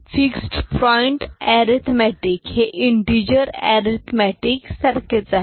fixed point arithmetic हे integer arithmetic सारखेच आहे